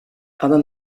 aber